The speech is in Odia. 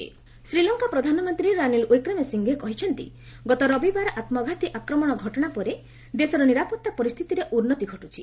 ଲଙ୍କା ପିଏମ୍ ଇକ୍ଟରଭ୍ୟୁ ଶ୍ରୀଲଙ୍କା ପ୍ରଧାନମନ୍ତ୍ରୀ ରାନୀଲ୍ ୱିକ୍ରେମ୍ ସିଂଘେ କହିଛନ୍ତି ଗତ ରବିବାର ଆତ୍କଘାତୀ ଆକ୍ରମଣ ଘଟଣା ପରେ ଦେଶର ନିରାପତ୍ତା ପରିସ୍ଥିତିରେ ଉନ୍ନତି ଘଟୁଛି